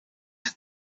they